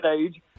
age